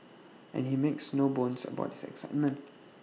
and he makes no bones about his excitement